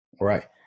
Right